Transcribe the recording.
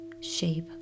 shape